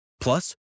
Plus